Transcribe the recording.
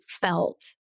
felt